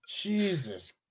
Jesus